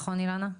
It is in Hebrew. נכון אילנה?